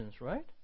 right